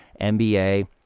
NBA